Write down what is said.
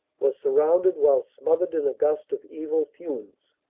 was surrounded while smothered in a gust of evil fumes.